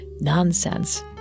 nonsense